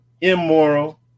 immoral